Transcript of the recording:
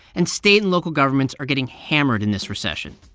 and state and local governments are getting hammered in this recession.